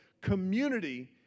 community